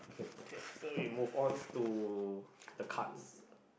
okay so we move on to the cards